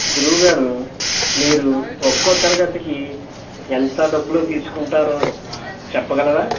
గురువుగారు మీరు ఒక్కో తరగతికి ఎంత డబ్బులు తీసుకుంటారో చెప్పగలరా